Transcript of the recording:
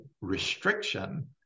restriction